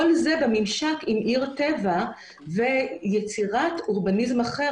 כל זה בממשק עם עיר טבע ויצירת אורבניזם אחר.